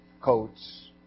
coats